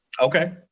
Okay